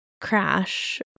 crash